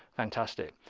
fantastic.